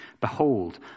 Behold